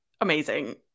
Amazing